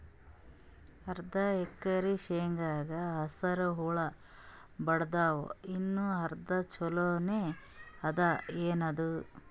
ಅರ್ಧ ಎಕರಿ ಶೇಂಗಾಕ ಹಸರ ಹುಳ ಬಡದಾವ, ಇನ್ನಾ ಅರ್ಧ ಛೊಲೋನೆ ಅದ, ಏನದು?